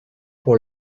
pour